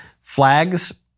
Flags